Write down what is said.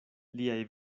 liaj